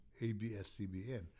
ABS-CBN